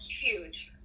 huge